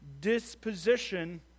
disposition